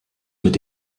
mit